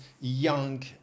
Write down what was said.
young